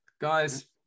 guys